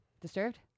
disturbed